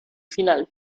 final